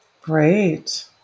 Great